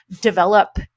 develop